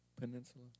Peninsula